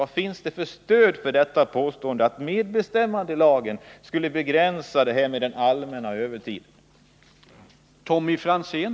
Vad finns det för stöd för påståendet att man med hjälp av medbestämmandelagen skall kunna begränsa den s.k. allmänna övertiden?